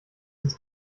ist